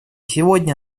сегодня